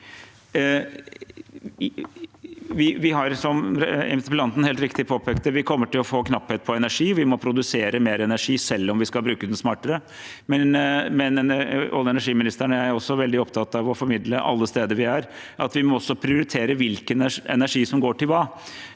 interpellanten helt riktig påpekte, kommer vi til å få knapphet på energi. Vi må produsere mer energi selv om vi skal bruke den smartere. Olje- og energiministeren og jeg er veldig opptatt av å formidle, alle steder vi er, at vi også må prioritere hvilken energi som går til hva.